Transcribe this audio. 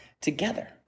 together